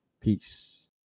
Peace